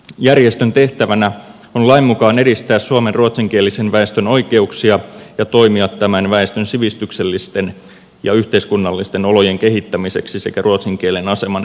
järjestön tehtävänä on lain mukaan edistää suomen ruotsinkielisen väestön oikeuksia ja toimia tämän väestön sivistyksellisten ja yhteiskunnallisten olojen kehittämiseksi sekä ruotsin kielen aseman edistämiseksi